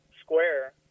square